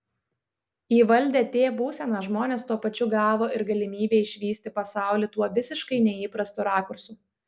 įvaldę t būseną žmonės tuo pačiu gavo ir galimybę išvysti pasaulį tuo visiškai neįprastu rakursu